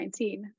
2019